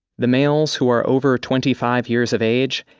the males who are over twenty five years of age,